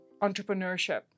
entrepreneurship